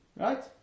Right